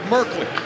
Merkley